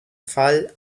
fall